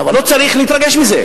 לא צריך להתרגש מזה.